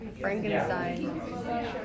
Frankenstein